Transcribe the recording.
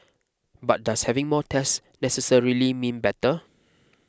but does having more tests necessarily mean better